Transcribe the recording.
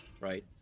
right